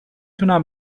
تونم